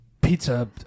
pizza